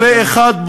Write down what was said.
מקרה אחד,